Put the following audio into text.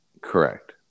correct